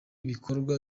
bikorwa